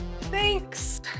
Thanks